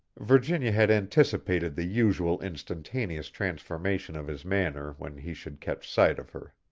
virginia had anticipated the usual instantaneous transformation of his manner when he should catch sight of her.